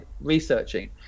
researching